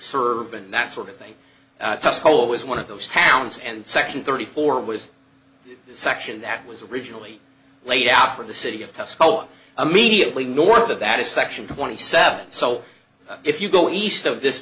serve and that sort of thing tuscola was one of those towns and section thirty four was the section that was originally laid out for the city of tesco immediately north of that is section twenty seven so if you go east of this